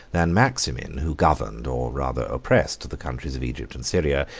than maximin, who governed, or rather oppressed, the countries of egypt and syria,